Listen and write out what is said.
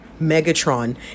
Megatron